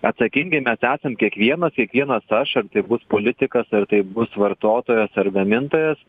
atsakingi mes esam kiekvienas kiekvienas aš ar tai bus politikas ar tai bus vartotojas ar gamintojas